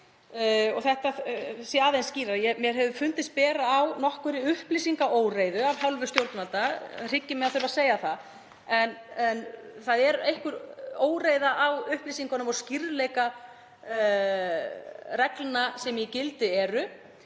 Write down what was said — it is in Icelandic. að vera aðeins skýrara. Mér hefur fundist bera á nokkurri upplýsingaóreiðu af hálfu stjórnvalda, það hryggir mig að þurfa að segja það en það er einhver óreiða á upplýsingunum og skýrleika reglna sem í gildi eru.